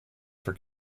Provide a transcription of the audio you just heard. for